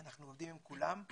אנחנו עובדים עם כולם,